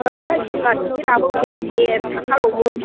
है सिनिमा टिकिटआबो गैया देर थाखाल'मोन